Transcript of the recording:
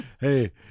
hey